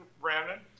Brandon